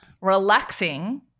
Relaxing